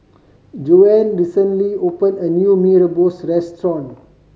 Joann recently open a new Mee Rebus restaurant